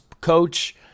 coach